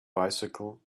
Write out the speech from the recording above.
bicycle